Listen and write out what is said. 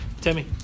Timmy